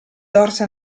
dorso